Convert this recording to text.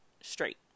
straight